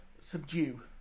Subdue